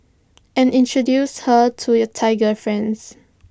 and introduce her to your Thai girlfriends